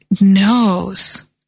knows